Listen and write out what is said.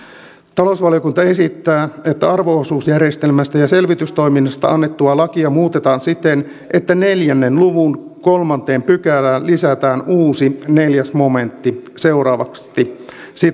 talousvaliokunta esittää että arvo osuusjärjestelmästä ja selvitystoiminnasta annettua lakia muutetaan siten että neljän luvun kolmanteen pykälään lisätään uusi neljäs momentti seuraavasti